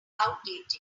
outdated